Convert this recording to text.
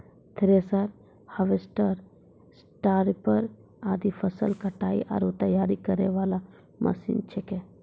thresher, harvester, स्टारीपर आदि फसल कटाई आरो तैयारी वाला मशीन छेकै